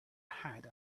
had